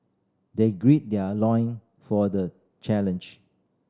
they gird their loin for the challenge